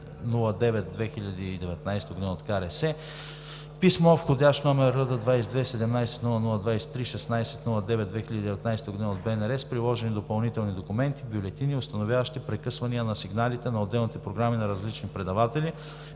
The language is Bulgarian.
Писмо вх. № РД-22 17-00-23/16.09.2019 г. от БНР с приложени допълнителни документи (бюлетини, установяващи прекъсвания на сигналите на отделни програми на различни предаватели).